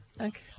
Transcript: Okay